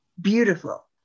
beautiful